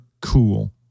cool